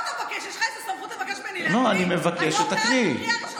אני רוצה שתקריאי.